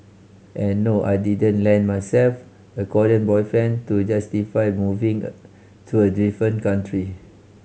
and no I didn't land myself a Korean boyfriend to justify moving to a different country